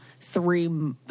three